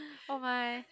oh my